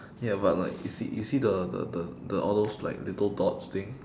ya but like you see you see the the the the all those like little dots thing